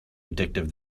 addictive